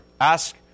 Ask